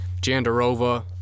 Jandarova